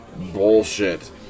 Bullshit